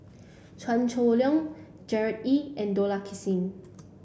Chua Chong Long Gerard Ee and Dollah Kassim